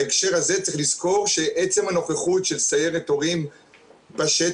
בהקשר הזה צריך לזכור שעצם הנוכחות של סיירת הורים בשטח,